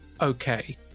okay